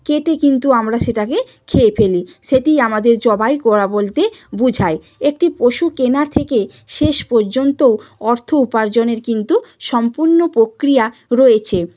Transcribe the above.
কেটে কিন্তু আমরা সেটাকে খেয়ে ফেলি সেটিই আমাদের জবাই করা বলতে বুঝায় একটি পশু কেনা থেকে শেষ পর্যন্ত অর্থ উপার্জনের কিন্তু সম্পূর্ণ প্রক্রিয়া রয়েছে